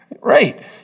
Right